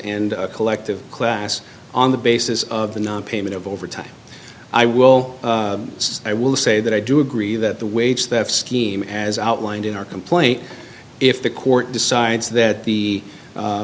and a collective class on the basis of the nonpayment of overtime i will say i will say that i do agree that the wage theft scheme has outlined in our complaint if the court decides that the